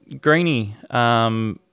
Greeny